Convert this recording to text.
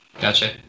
Gotcha